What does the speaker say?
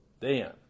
Dan